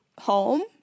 home